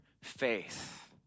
faith